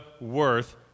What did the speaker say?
worth